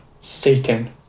Satan